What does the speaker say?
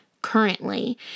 Currently